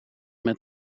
met